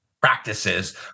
practices